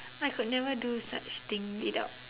I could never do such thing without